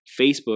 Facebook